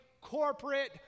corporate